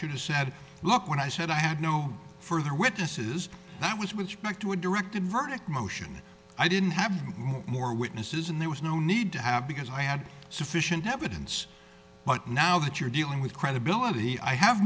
should a sad look when i said i had no further witnesses that was which back to a directed verdict motion i didn't have more witnesses and there was no need to have because i had sufficient evidence but now that you're dealing with credibility i have